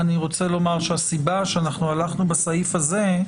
אני רוצה לומר שהסיבה שהלכנו בסעיף הזה,